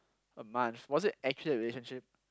a month was it actually a relationship